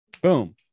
boom